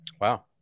wow